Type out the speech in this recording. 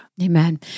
Amen